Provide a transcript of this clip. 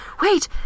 wait